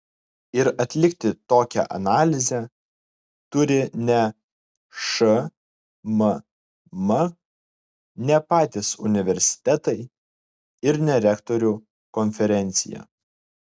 ir atlikti tokią analizę turi ne šmm ne patys universitetai ir ne rektorių konferencija